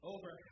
Over